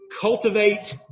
Cultivate